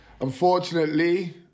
unfortunately